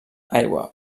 aigua